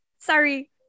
sorry